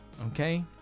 Okay